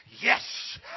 Yes